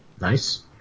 Nice